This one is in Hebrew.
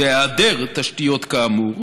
בהיעדר תשתיות כאמור